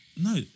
No